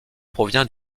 provient